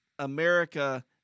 America